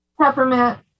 peppermint